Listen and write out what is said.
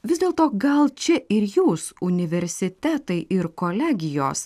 vis dėlto gal čia ir jūs universitetai ir kolegijos